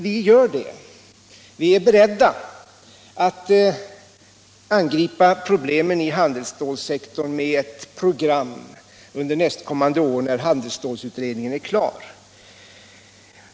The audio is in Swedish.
Vi är beredda att angripa problemen inom handelsstålsektorn med ett program under nästkommande år när handelsstålutredningen är klar.